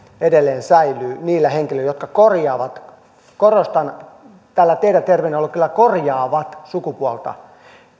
edelleen säilyy niillä henkilöillä jotka korjaavat korostan tällä teidän terminologiallanne sanaa korjaavat sukupuolta